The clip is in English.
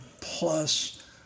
plus